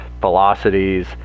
velocities